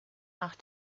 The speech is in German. nach